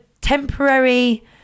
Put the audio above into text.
temporary